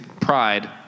pride